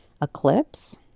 eclipse